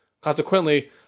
Consequently